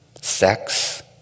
sex